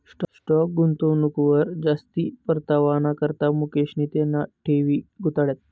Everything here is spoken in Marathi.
स्टाॅक गुंतवणूकवर जास्ती परतावाना करता मुकेशनी त्याना ठेवी गुताड्यात